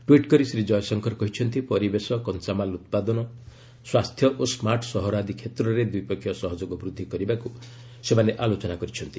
tweet କରି ଶ୍ରୀ କୟଶଙ୍କର କହିଛନ୍ତି ପରିବେଶ କଞ୍ଚାମାଲ୍ ଉତ୍ପାଦନ ସ୍ୱାସ୍ଥ୍ୟ ଓ ସ୍କାର୍ଟ୍ ସହର ଆଦି କ୍ଷେତ୍ରରେ ଦ୍ୱିପକ୍ଷିୟ ସହଯୋଗ ବୃଦ୍ଧି କରିବାକୁ ସେମାନେ ଆଲୋଚନା କରିଛନ୍ତି